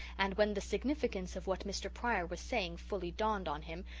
and when the significance of what mr. pryor was saying fully dawned on him,